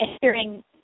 Hearing